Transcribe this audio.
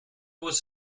was